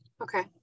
okay